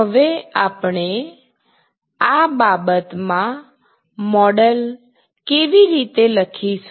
હવે આપણે આ બાબતમાં મોડલ કેવી રીતે લખીશું